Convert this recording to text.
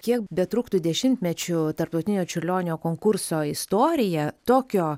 kiek betruktų dešimtmečių tarptautinio čiurlionio konkurso istorija tokio